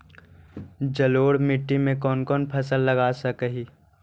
जलोढ़ मिट्टी में कौन कौन फसल लगा सक हिय?